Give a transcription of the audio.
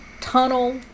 tunnel